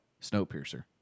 Snowpiercer